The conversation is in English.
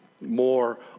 more